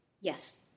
Yes